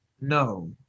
No